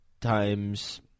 times